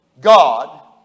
God